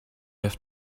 have